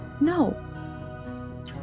No